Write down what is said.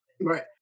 Right